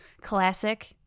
classic